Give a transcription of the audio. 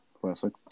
classic